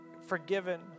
forgiven